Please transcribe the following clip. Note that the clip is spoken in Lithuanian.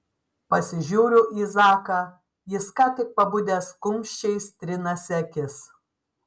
pasižiūriu į zaką jis ką tik pabudęs kumščiais trinasi akis